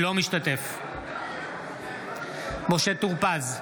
אינו משתתף בהצבעה משה טור פז,